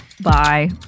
Bye